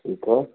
ठीक है